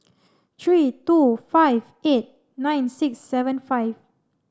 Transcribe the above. three two five eight nine six seven five